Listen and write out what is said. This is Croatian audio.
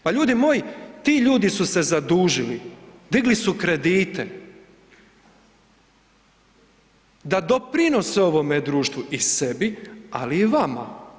Pa ljudi moji, ti ljudi su se zadužili, digli su kredite, da doprinose ovome društvu i sebi, ali i vama.